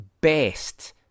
best